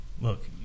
look